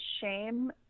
shame